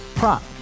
Prop